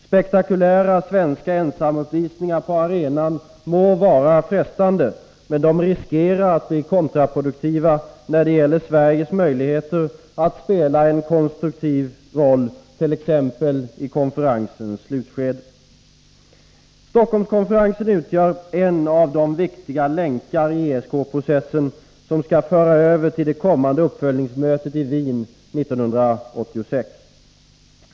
Spektakulära svenska ensamuppvisningar på arenan må vara frestande, men de riskerar att bli kontraproduktiva när det gäller Sveriges möjligheter att spela en konstruktiv roll, t.ex. i konferensens slutskede. Stockholmskonferensen utgör en av de viktiga länkar i ESK-processen som skall föra över till det kommande uppföljningsmötet i Wien 1986.